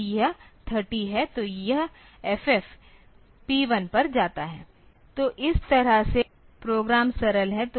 यदि यह 30 है तो FF P1 पर जाता है तो इस तरह से प्रोग्राम सरल है